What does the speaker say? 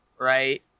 right